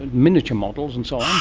miniature models and so on.